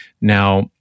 Now